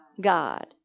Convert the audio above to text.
God